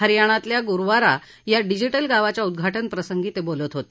हरयाणातल्या गुरवारा या डिजिटल गावाच्या उद्वाटन प्रसंगी ते बोलत होते